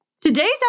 Today's